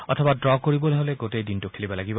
অথবা ডু' কৰিবলৈ হ'লে গোটেই দিনটো খেলিব লাগিব